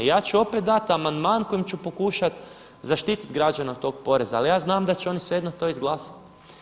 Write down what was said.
Ja ću opet dati amandman kojim ću pokušat zaštitit građana od tog poreza, ali ja znam da će oni svejedno to izglasati.